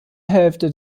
hälfte